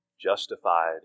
justified